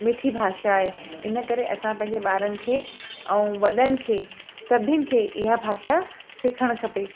मिठी भाषा आहे इन करे असां पंहिंजे ॿारनि खे ऐं वॾनि खे सभिनि खे इहा भाषा सिखणु खपे